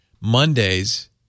Mondays